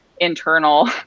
internal